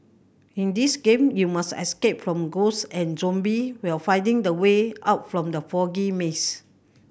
in this game you must escape from ghosts and zombie while finding the way out from the foggy maze